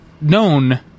known